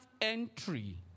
entry